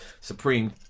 Supreme